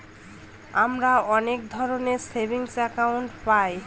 আমরা অনেক ধরনের সেভিংস একাউন্ট পায়